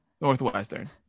Northwestern